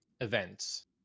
events